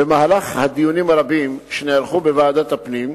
במהלך הדיונים הרבים שנערכו בוועדת הפנים,